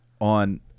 on